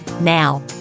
Now